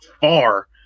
far